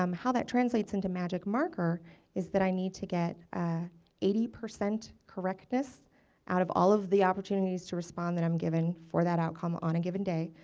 um how that translates into magicmarker is that i need to get eighty percent correctness out of all of the opportunities to respond that i'm given for that outcome on a given day.